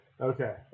Okay